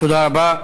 תודה רבה.